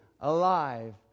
alive